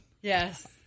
Yes